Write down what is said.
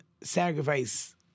sacrifice